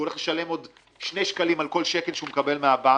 שהוא הולך לשלם עוד 2 שקלים על כל שקל שהוא מקבל מהבנק,